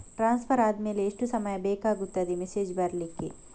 Transfer ಆದ್ಮೇಲೆ ಎಷ್ಟು ಸಮಯ ಬೇಕಾಗುತ್ತದೆ ಮೆಸೇಜ್ ಬರ್ಲಿಕ್ಕೆ?